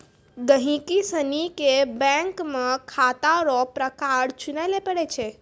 गहिकी सनी के बैंक मे खाता रो प्रकार चुनय लै पड़ै छै